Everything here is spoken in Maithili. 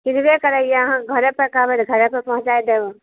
चिन्हबै करै हिए अहाँके घरे पर कहबै घरे पर पहुँचाय देब